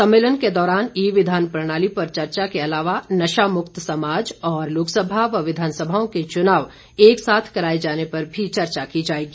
सम्मेलन के दौरान ई विधान प्रणाली पर चर्चा के अलावा नशा मुक्त समाज और लोकसभा व विधानसभाओं के चुनाव एक साथ कराए जाने पर भी चर्चा की जाएगी